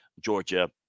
Georgia